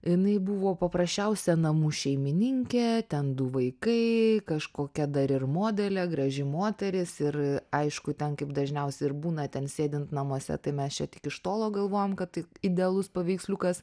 jinai buvo paprasčiausia namų šeimininkė ten du vaikai kažkokia dar ir modelė graži moteris ir aišku ten kaip dažniausia ir būna ten sėdint namuose tai mes čia tik iš tolo galvojam kad tai idealus paveiksliukas